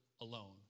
alone